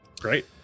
Great